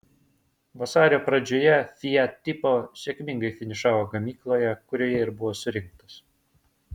vasario pradžioje fiat tipo sėkmingai finišavo gamykloje kurioje ir buvo surinktas